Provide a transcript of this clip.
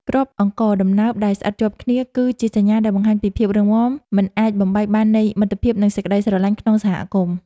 គ្រាប់អង្ករដំណើបដែលស្អិតជាប់គ្នាគឺ ជាសញ្ញាដែលបង្ហាញពីភាពរឹងមាំមិនអាចបំបែកបាននៃមិត្តភាពនិងសេចក្ដីស្រឡាញ់ក្នុងសហគមន៍។